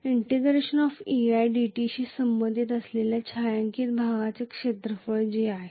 eidt शी संबंधित असलेल्या छायांकित भागाचे क्षेत्रफळ जे आहे